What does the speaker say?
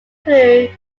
crew